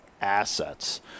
assets